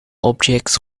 objects